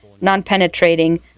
non-penetrating